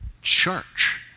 church